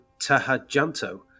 Tahajanto